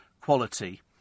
quality